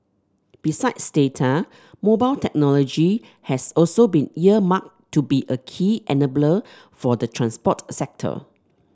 besides data mobile technology has also been earmarked to be a key enabler for the transport sector